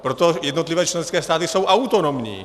Proto jednotlivé členské státy jsou autonomní.